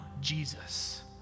Jesus